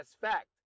fact